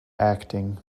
acting